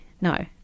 no